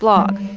blog